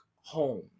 home